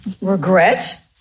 Regret